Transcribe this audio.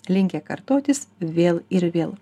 linkę kartotis vėl ir vėl